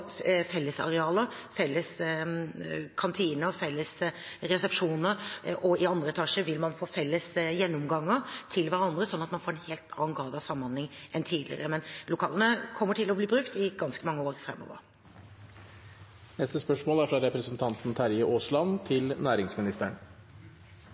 fellesarealer, felles kantiner og felles resepsjoner, og i annen etasje vil man få felles gjennomganger til hverandre, slik at man får en helt annen grad av samhandling enn tidligere. Men lokalene kommer til å bli brukt i ganske mange år framover. Jeg vil gjerne stille næringsministeren følgende spørsmål: